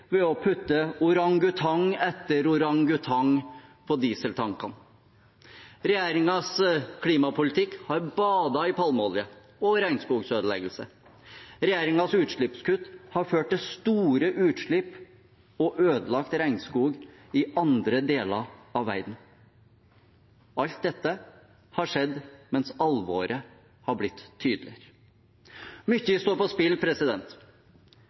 ved å putte orangutang etter orangutang på dieseltankene. Regjeringens klimapolitikk har badet i palmeolje og regnskogsødeleggelse. Regjeringens utslippskutt har ført til store utslipp og ødelagt regnskog i andre deler av verden. Alt dette har skjedd mens alvoret har blitt tydelig. Mye står på spill,